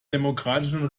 demokratischen